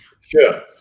Sure